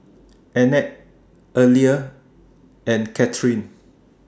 Annette Aleah and Catherine